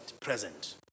present